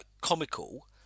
comical